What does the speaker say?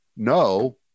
No